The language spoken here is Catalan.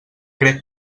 crec